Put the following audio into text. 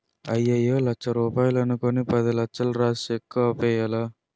అయ్యయ్యో లచ్చ రూపాయలు అనుకుని పదిలచ్చలు రాసిన సెక్కు ఆపేయ్యాలా